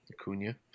Acuna